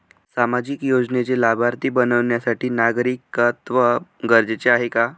सामाजिक योजनेचे लाभार्थी बनण्यासाठी नागरिकत्व गरजेचे आहे का?